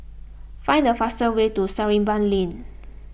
find the fastest way to Sarimbun Lane